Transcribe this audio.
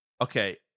okay